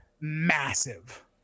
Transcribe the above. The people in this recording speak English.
massive